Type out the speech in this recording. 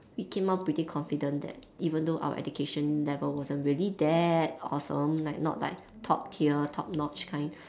we came out pretty confident that even though our education level wasn't really that awesome like not like top tier top notch kind